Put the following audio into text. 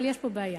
אבל יש פה בעיה.